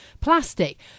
plastic